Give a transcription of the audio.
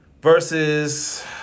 Versus